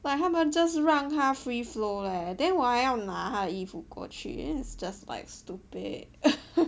like 她们 just 让她 free flow leh then 我还要拿她的衣服过去 you know is just like stupid